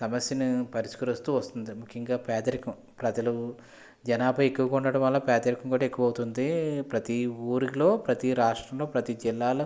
సమస్యను పరిష్కరిస్తూ వస్తుంది ముఖ్యంగా పేదరికం ప్రజలు జనాభా ఎక్కువగా ఉండటం వల్ల పేదరికం కూడా ఎక్కువ అవుతుంది ప్రతి ఊరిలో ప్రతి రాష్ట్రంలో ప్రతి జిల్లాలో